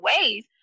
ways